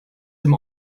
dem